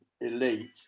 elite